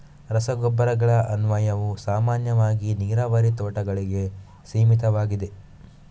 ರಸಗೊಬ್ಬರಗಳ ಅನ್ವಯವು ಸಾಮಾನ್ಯವಾಗಿ ನೀರಾವರಿ ತೋಟಗಳಿಗೆ ಸೀಮಿತವಾಗಿದೆ